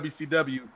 WCW